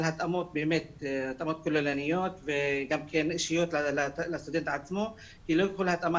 על התאמות כוללניות וגם כן אישיות לסטודנט עצמו כי לא כל התאמה